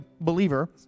believer